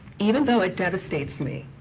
even though it devastates me,